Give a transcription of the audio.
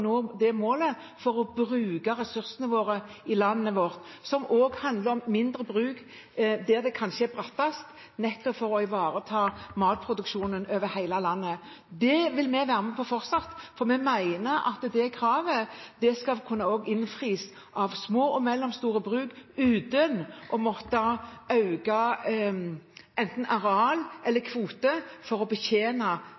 nå det målet, for å bruke ressursene i landet vårt. Det handler også om mindre bruk der det kanskje er brattest, nettopp for å ivareta matproduksjonen over hele landet. Det vil vi være med på fortsatt, for vi mener at det kravet også skal kunne innfris av små og mellomstore bruk uten å måtte øke verken areal eller